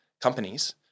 companies